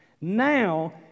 Now